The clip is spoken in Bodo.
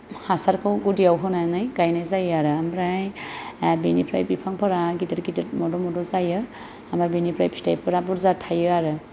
हासारखौ गुदियाव होनानै गायनाय जायो आरो ओमफ्राय बेनिफ्राय बिफांफोरा गिदिर गिदिर मद' मद' जायो ओमफ्राय बिनिफ्राय फिथायफोरा बुरजा थायो आरो